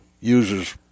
uses